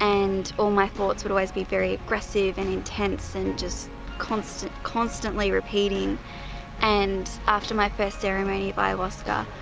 and all my thoughts would always be very aggressive and intense and just constant constantly repeating and after my first ceremony of ayahuasca,